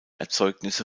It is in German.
erzeugnisse